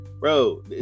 bro